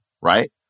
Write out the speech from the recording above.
right